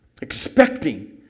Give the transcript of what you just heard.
expecting